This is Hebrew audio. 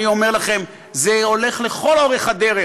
אני אומר לכם, זה הולך לכל אורך הדרך.